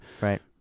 right